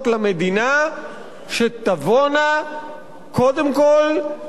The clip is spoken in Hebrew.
שתבואנה קודם כול מאלה שיש להם,